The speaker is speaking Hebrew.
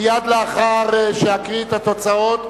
מייד לאחר שאקריא את התוצאות,